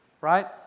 right